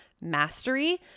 mastery